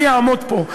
אני אעמוד פה,